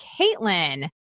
Caitlin